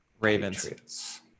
Ravens